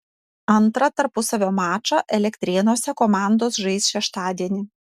antrą tarpusavio mačą elektrėnuose komandos žais šeštadienį